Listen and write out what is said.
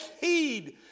heed